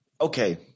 Okay